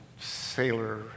sailor